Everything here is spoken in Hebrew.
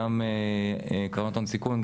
גם קרנות הון סיכון,